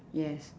yes